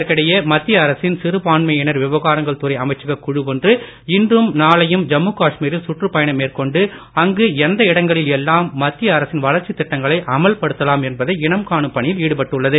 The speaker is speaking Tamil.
இதற்கிடையே மத்திய அரசின் சிறுபான்மையினர் விவகாரங்கள் துறை அமைச்சகக் குழு ஒன்று இன்றும் நாளையும் ஜம்மு காஷ்மீரில் சுற்றுப் பயணம் மேற்கொண்டு அங்கு எந்த இடங்களில் எல்லாம் மத்திய அரசின் வளர்ச்சித் திட்டங்களை அமல்படுத்தலாம் என்பதை இனம் காணும் பணியில் ஈடுபட்டுள்ளது